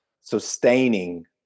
sustaining